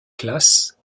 classe